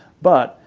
but,